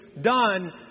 done